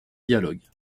dialogue